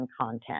content